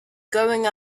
going